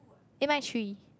eh mine is three